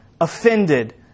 offended